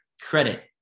credit